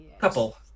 couple